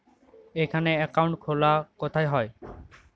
এখানে অ্যাকাউন্ট খোলা কোথায় হয়?